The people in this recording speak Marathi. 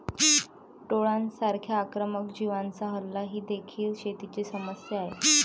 टोळांसारख्या आक्रमक जीवांचा हल्ला ही देखील शेतीची समस्या आहे